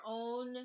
own